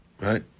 Right